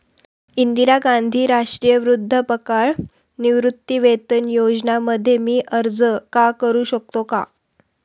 इंदिरा गांधी राष्ट्रीय वृद्धापकाळ निवृत्तीवेतन योजना मध्ये मी अर्ज का करू शकतो का?